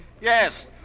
Yes